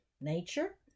nature